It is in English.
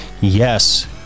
yes